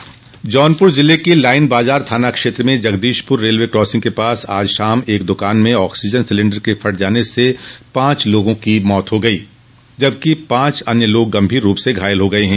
जौनपुर जिले के लाइन बाजार थाना क्षेत्र में जगदीशपुर रेलवे कासिंग के पास आज शाम एक दुकान में ऑक्सीजन सिलेण्डर के फटने से पांच लोगों की मौत हो गयी जबकि पांच अन्य लोग गंभीर रूप से घायल हो गये हैं